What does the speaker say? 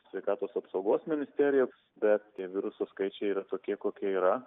sveikatos apsaugos ministerija bet tie viruso skaičiai yra tokie kokie yra